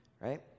right